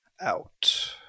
out